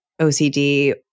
OCD